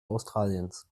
australiens